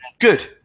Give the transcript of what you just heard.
Good